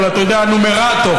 אתה יודע: נומרטור.